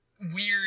weird